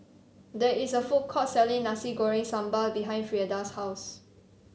there is a food court selling Nasi Goreng Sambal behind Frieda's house